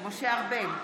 משה ארבל,